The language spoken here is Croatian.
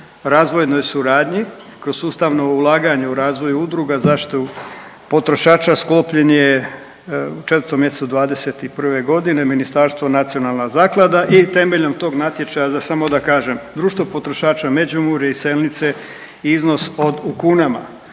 razvojnoj suradnji kroz sustavno ulaganje u razvoj udruga zaštitu potrošača sklopljen je u 4. mjesecu '21. ministarstvo nacionalna zaklada i temeljem tog natječaja samo da kažem, Društvo potrošača Međimurje iz Selnice iznos od u kunama